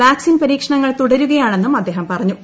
vaccine പരീക്ഷണങ്ങൾ തുടരുകയാണെന്നും അദ്ദേഹം പറഞ്ഞു